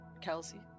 kelsey